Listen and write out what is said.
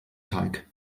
teig